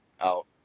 out